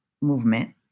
movement